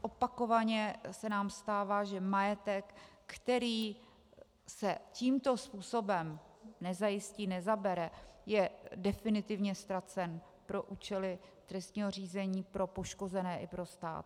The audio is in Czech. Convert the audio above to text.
Opakovaně se nám stává, že majetek, který se tímto způsobem nezajistí, nezabere, je definitivně ztracen pro účely trestního řízení, pro poškozené i pro stát.